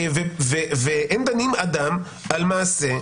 ואין דנים אדם על מעשה,